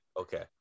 okay